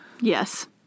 Yes